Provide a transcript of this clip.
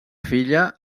filla